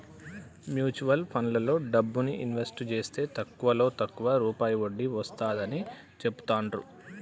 mutual ఫండ్లలో డబ్బుని invest జేస్తే తక్కువలో తక్కువ రూపాయి వడ్డీ వస్తాడని చెబుతాండ్రు